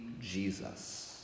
Jesus